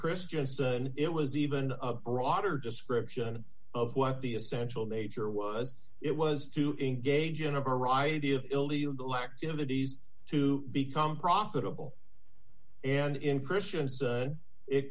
christianson it was even a broader description of what the essential nature was it was to engage in a variety of illegal activities to become profitable and in christianson it